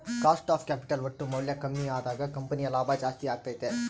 cost of capital ಒಟ್ಟು ಮೌಲ್ಯ ಕಮ್ಮಿ ಅದಾಗ ಕಂಪನಿಯ ಲಾಭ ಜಾಸ್ತಿ ಅಗತ್ಯೆತೆ